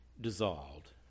dissolved